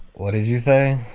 what did you say?